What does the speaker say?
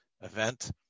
event